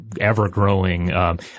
ever-growing